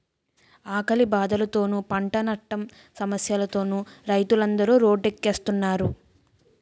ఆకలి బాధలతోనూ, పంటనట్టం సమస్యలతోనూ రైతులందరు రోడ్డెక్కుస్తున్నారు